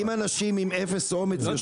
אם האנשים עם אפס אומץ יושבים במרכזים --- לא